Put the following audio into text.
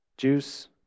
juice